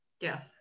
Yes